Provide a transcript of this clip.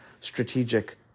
strategic